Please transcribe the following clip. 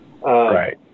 Right